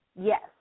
Yes